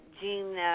Gene